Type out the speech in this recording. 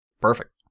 Perfect